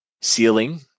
ceiling